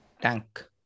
Tank